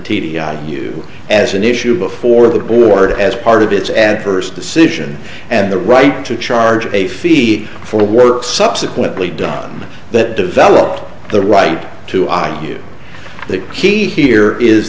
teach you as an issue before the board as part of its adverse decision and the right to charge a fee for work subsequently done that developed the right to argue that key here is